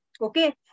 Okay